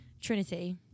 Trinity